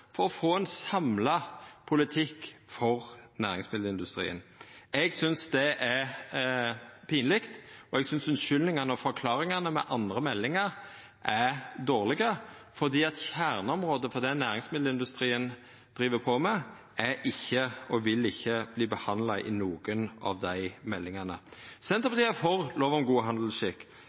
for å få ein samla politikk for næringsmiddelindustrien? Eg synest det er pinleg, og eg synest unnskyldningane og forklaringane med andre meldingar er dårlege, fordi kjerneområdet for det næringsmiddelindustrien held på med, er ikkje, og vil ikkje bli, behandla i nokon av dei meldingane. Senterpartiet er for lov om god handelsskikk.